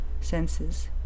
senses